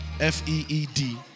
F-E-E-D